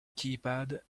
keypad